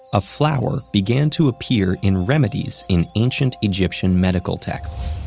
a flower began to appear in remedies in ancient egyptian medical texts.